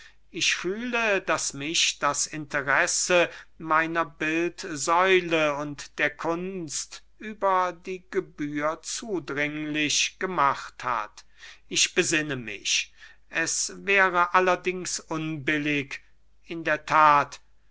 ich fühle daß mich das interesse meiner bildsäule und der kunst über die gebühr zudringlich gemacht hat ich besinne mich es wäre allerdings unbillig in der that